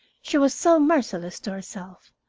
she was so merciless to herself,